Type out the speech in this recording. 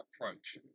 approach